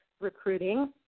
recruiting